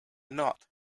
not